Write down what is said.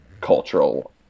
cultural